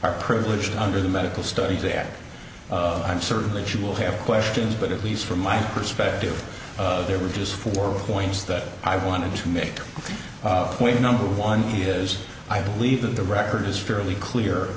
are privileged under the medical studies there i'm certain that you will have questions but at least from my perspective there are just four points that i want to make a point number one has i believe that the record is fairly clear